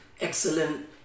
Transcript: excellent